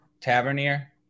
Tavernier